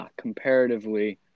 comparatively